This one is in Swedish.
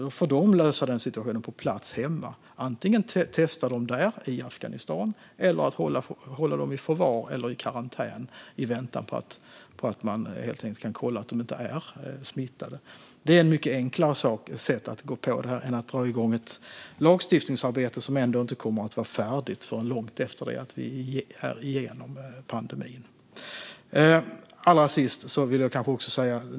Då får de lösa den situationen på plats hemma genom att antingen testa dem eller hålla dem i förvar eller karantän i väntan på att man kan kolla att de inte är smittade. Det är ett mycket enklare sätt att hantera det här än att dra igång ett lagstiftningsarbete som ändå inte kommer att vara färdigt förrän långt efter det att vi är igenom pandemin.